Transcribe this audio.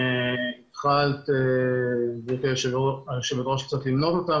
התחלת גבירתי היו"ר למנות אותם,